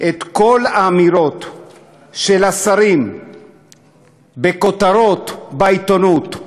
את כל האמירות של השרים בכותרות בעיתונות,